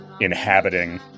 Inhabiting